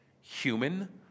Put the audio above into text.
Human